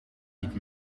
niet